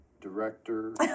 director